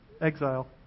exile